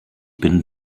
bin